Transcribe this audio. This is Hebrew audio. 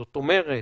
זאת אומרת,